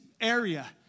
area